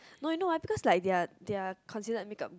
no I know because their their consider makeup